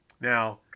Now